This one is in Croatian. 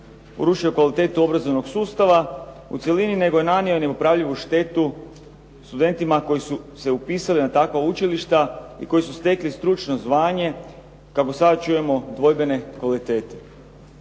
urušio kvalitetu obrazovnog sustava u cjelini, nego je nanio i nepopravljivu štetu studentima koji su se upisali na takva učilišta i koji su stekli stručno znanje, kako sada čujemo dvojbene kvalitete.